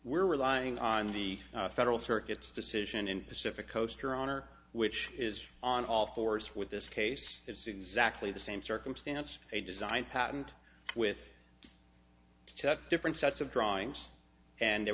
were relying on the federal circuit's decision in pacific coast your honor which is on all fours with this case it's exactly the same circumstance a design patent with such different sets of drawings and there